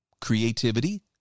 creativity